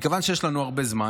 מכיוון שיש לנו הרבה זמן,